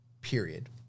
period